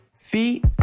feet